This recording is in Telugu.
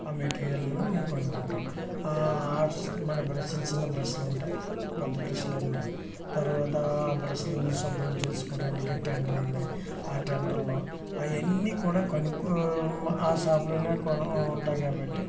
ఆ మెటీరియల్ను మేము కొనుక్కుంటాం మన బ్రష్లు చిన్న చిన్న బ్రష్లు ఉంటాయి పెద్ద బ్రష్లు ఉంటాయి తర్వాత ఆ బ్రష్లని శుభ్రం చేసుకోవడానికి టెండర్ ఉంది ఆ టెండర్లో ఆయన్ని కూడా కనుక్కో ఆ షాప్లోనే కొను ఉంటాయి కాబట్టి